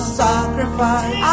sacrifice